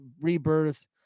rebirth